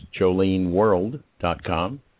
joleneworld.com